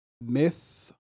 myth